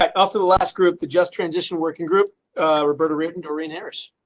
after the last group. the just transition working group roberto written during hours.